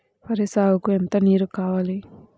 వరి సాగుకు ఎంత నీరు కావాలి?